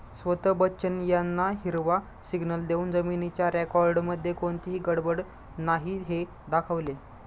स्वता बच्चन यांना हिरवा सिग्नल देऊन जमिनीच्या रेकॉर्डमध्ये कोणतीही गडबड नाही हे दाखवले